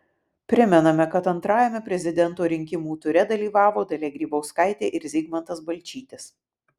primename kad antrajame prezidento rinkimų ture dalyvavo dalia grybauskaitė ir zygmantas balčytis